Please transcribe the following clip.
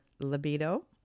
Libido